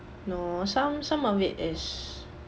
no some some of it is